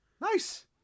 Nice